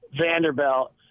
Vanderbilt